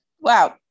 Wow